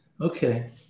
okay